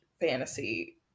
fantasy